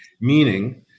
meaning